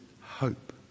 hope